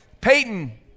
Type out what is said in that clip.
Peyton